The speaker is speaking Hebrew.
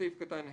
בסעיף קטן (ה),